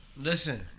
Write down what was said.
Listen